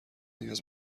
نیاز